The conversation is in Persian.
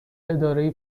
اداره